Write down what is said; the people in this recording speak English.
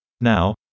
Now